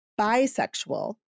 Bisexual